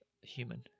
human